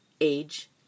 age